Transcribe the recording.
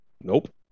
nope